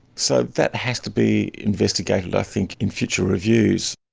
so that has to be investigated i think in future reviews.